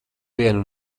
vienu